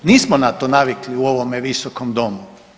Nismo na to navikli u ovome visokom domu.